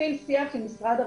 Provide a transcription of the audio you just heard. התחיל שיח עם משרד הרווחה.